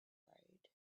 road